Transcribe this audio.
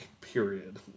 period